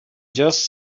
just